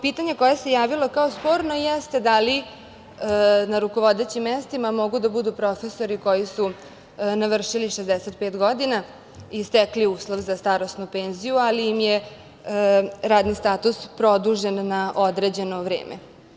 Pitanje koje se javilo kao sporno jeste da li na rukovodećim mestima mogu da budu profesori koji su navršili 65 godina i stekli uslov za starosnu penziju, ali im je radni status produžen na određeno vreme?